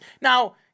Now